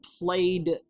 played